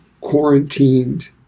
quarantined